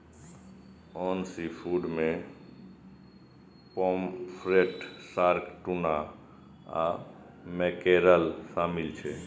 आन सीफूड मे pomfret, shark, tuna आ मैकेरल शामिल छै